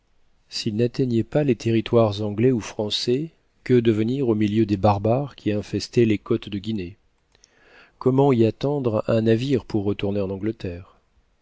s'il n'atteignait pas les territoires anglais ou français que devenir au milieu des barbares qui infestaient les côtes de guinée comment y attendre un navire pour retourner en angleterre